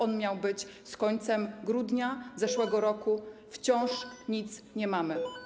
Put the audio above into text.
On miał być z końcem grudnia zeszłego roku, wciąż nic nie mamy.